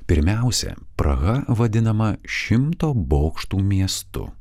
pirmiausia praha vadinama šimto bokštų miestu